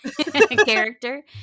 character